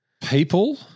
people